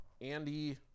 Andy